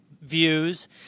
views